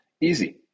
Easy